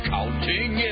Counting